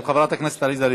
של חברת הכנסת עליזה לביא.